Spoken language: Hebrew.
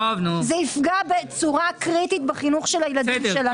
זה יפגע קריטית בחינוך הילדים שלנו.